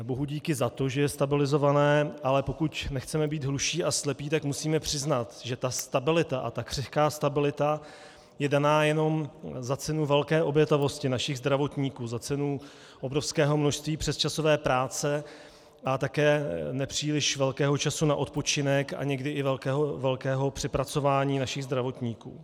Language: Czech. Bohu díky za to, že je stabilizované, pokud ale nechceme být hluší a slepí, tak musíme přiznat, že stabilita, a křehká stabilita, je dána jenom za cenu velké obětavosti našich zdravotníků, za cenu obrovského množství přesčasové práce a také nepříliš velkého času na odpočinek a někdy i velkého přepracování našich zdravotníků.